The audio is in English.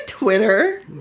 twitter